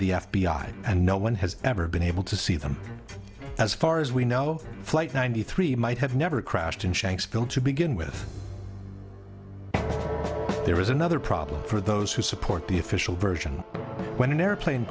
the f b i and no one has ever been able to see them as far as we know of flight ninety three might have never crashed in shanksville to begin with there is another problem for those who support the official version when an airplane